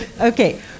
Okay